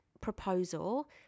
proposal